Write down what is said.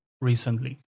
recently